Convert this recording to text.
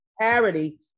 parity